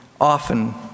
often